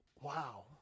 wow